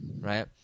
right